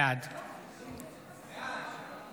בעד